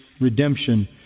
redemption